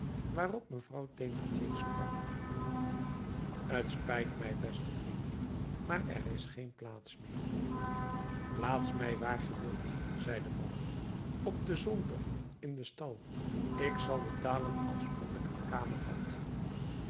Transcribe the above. waarop vrouw thénardier sprak t spijt mij beste vriend maar er is geen plaats meer plaats mij waar ge wilt zei de man op den zolder in den stal ik zal betalen alsof ik een kamer had